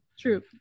true